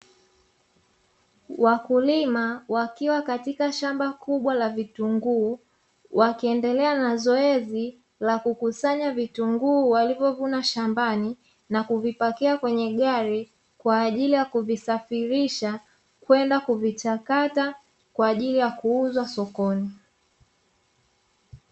Wakulima wakiwa katika shamba kubwa la vitunguu, wakiendelea na zoezi la kukusanya vitunguu walivyovuna shambani, na kuvipakia kwenye gari, kwa ajili ya kuvisafirisha kwenda kuvichakata kwa ajili ya kuuzwa sokoni.